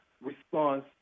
response